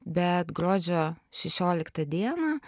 bet gruodžio šešioliktą dieną